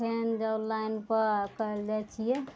फेन जब लाइनपर काल्हि जाइ छियै